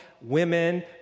women